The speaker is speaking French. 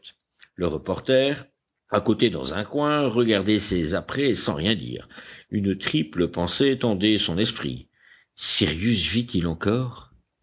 le reporter accoté dans un coin regardait ces apprêts sans rien dire une triple pensée tendait son esprit cyrus vit-il encore